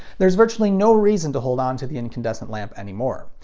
there's virtually no reason to hold onto the incandescent lamp anymore.